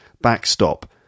backstop